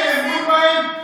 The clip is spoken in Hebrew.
אין אמון בהם,